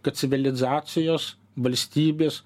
kad civilizacijos valstybės